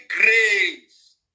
grace